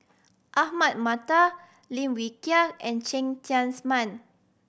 Ahmad Mattar Lim Wee Kiak and Cheng Tsang Man